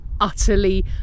utterly